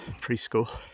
preschool